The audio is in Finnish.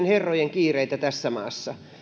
herrojen kiireitä tässä maassa